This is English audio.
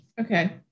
Okay